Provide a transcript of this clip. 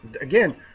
again